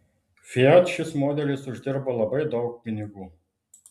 fiat šis modelis uždirbo labai daug pinigų